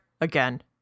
again